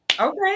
Okay